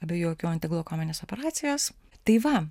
abiejų akių antiglaukominės operacijos tai va